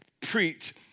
preach